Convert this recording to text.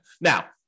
Now